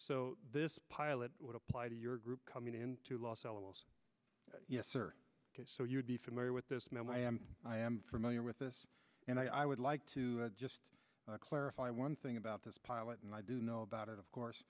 so this pilot would apply to your group coming into los alamos yes sir so you'd be familiar with this man i am i am familiar with this and i would like to just clarify one thing about this pilot and i do know about it of